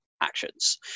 actions